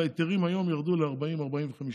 וההיתרים היום ירדו לכדי 40,000 45,000,